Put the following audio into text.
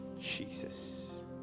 Jesus